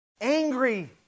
angry